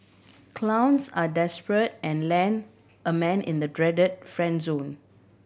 clowns are desperate and land a man in the dreaded friend zone